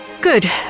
Good